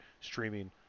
streaming